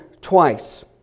twice